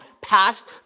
past